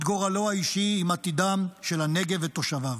גורלו האישי עם עתידם של הנגב ותושביו.